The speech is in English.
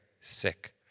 sick